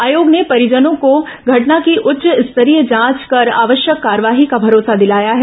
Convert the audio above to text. आयोग ने परिजनों को घटना की उच्च स्तरीय जांच कर आवश्यक कार्रवाई का भरोसा दिलाया है